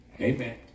Amen